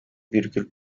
virgül